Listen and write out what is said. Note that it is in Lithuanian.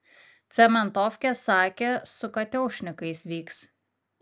cementofkė sakė su kateušnikais vyks